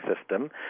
system